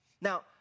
Now